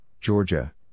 Georgia